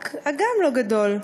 רק אגם לא גדול.